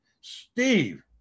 Steve